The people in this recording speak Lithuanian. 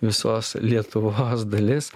visos lietuvos dalis